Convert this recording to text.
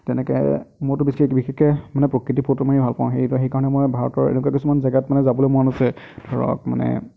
তেনেকৈ মোৰতো বেছিকৈ বিশেষকৈ মানে প্ৰকৃতিৰ ফটো মাৰিয়েই ভালপাওঁ সেই সেইকাৰণে মই ভাৰতৰ এনেকুৱা কিছুমান জেগাত মানে যাবলৈ মন আছে ধৰক মানে